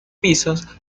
pisos